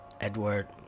Edward